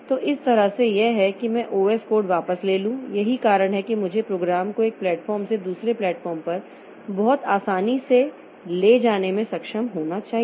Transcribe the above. तो इस तरह से यह है कि मैं ओएस कोड वापस ले लूं यही कारण है कि मुझे प्रोग्राम को एक प्लेटफॉर्म से दूसरे प्लेटफॉर्म पर बहुत आसानी से ले जाने में सक्षम होना चाहिए